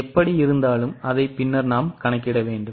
எப்படியிருந்தாலும் அதை பின்னர் நாம் கணக்கிட வேண்டும்